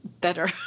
better